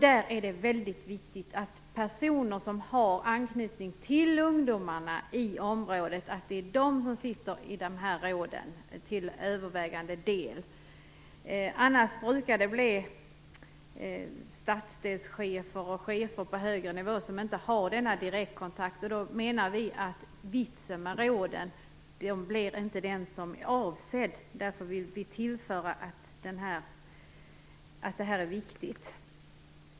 Där är det mycket viktigt att det till övervägande del är personer som har anknytning till ungdomarna i området som sitter i de här råden. Annars brukar det vara stadsdelschefer och chefer på högre nivå som inte har denna direktkontakt. Då menar vi att vitsen med råden inte blir den avsedda. Därför vill vi tillföra att detta är viktigt.